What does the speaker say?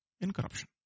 incorruption